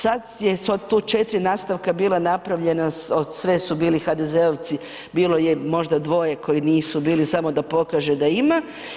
Sada je tu u četiri nastavka bila napravljena, sve su bili HDZ-ovci, bilo je možda dvoje koji nisu bili samo da pokaže da ima.